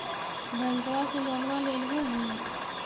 बैंकवा से लोनवा लेलहो हे?